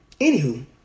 anywho